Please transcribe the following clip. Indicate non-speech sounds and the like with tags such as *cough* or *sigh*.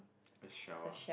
*noise* a shell ah